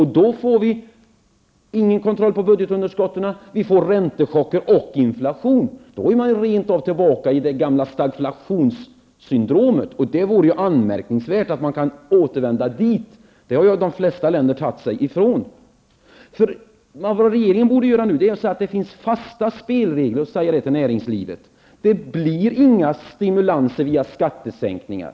Vi får då ingen kontroll över budgetunderskotten, vi får räntechocker och inflation. Då är man rent av tillbaka i det gamla stagflationssyndromet. Det vore anmärkningsvärt att återvända dit. De flesta länder har tagit sig därifrån. Regeringen borde visa näringslivet att det finns fasta spelregler. Det skall inte bli några stimulanser via skattesänkningar.